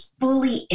fully